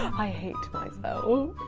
i hate myself.